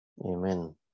Amen